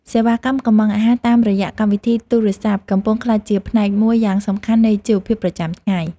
សេវាកម្មកុម្ម៉ង់អាហារតាមរយៈកម្មវិធីទូរស័ព្ទកំពុងក្លាយជាផ្នែកមួយយ៉ាងសំខាន់នៃជីវភាពប្រចាំថ្ងៃ។